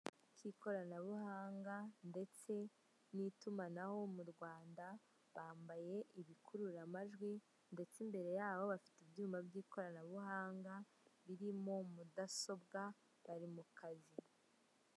K'ikoranabuhanga ndetse n'itumanaho mu Rwanda bambaye ibikururamajwi ndetse imbere yabo bafite ibyuma by'ikoranabuhanga birimo mudasobwa bari mu kazi.